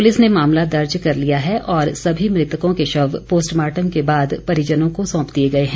police ने मामला दर्ज कर लिया है और सभी मृतकों के शव पोस्टमार्टम के बाद परिजनों को सौंप दिए गए हैं